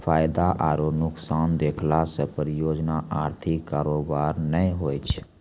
फायदा आरु नुकसान देखला से परियोजना अधारित कारोबार नै होय छै